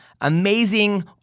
amazing